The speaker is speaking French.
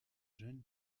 jeune